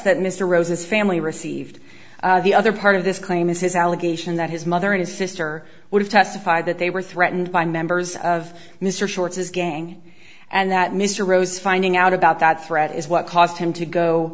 that mr rose's family received the other part of this claim is his allegation that his mother and his sister would have testified that they were threatened by members of mr short's his gang and that mr rose finding out about that threat is what caused him to go